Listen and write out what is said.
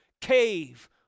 cave